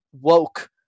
woke